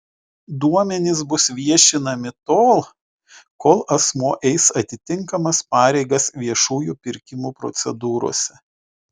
duomenys bus viešinami tol kol asmuo eis atitinkamas pareigas viešųjų pirkimų procedūrose